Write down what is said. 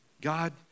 God